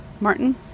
Martin